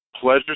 pleasure